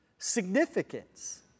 significance